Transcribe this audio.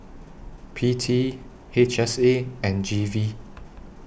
P T H S A and G V